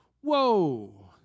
Whoa